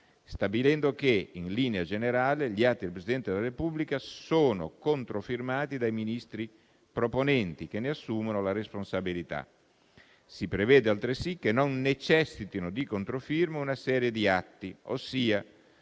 stabilendo che, in linea generale, gli atti del Presidente della Repubblica sono controfirmati dai Ministri proponenti, che ne assumono la responsabilità. Si prevede altresì che non necessitino di controfirma una serie di atti, ossia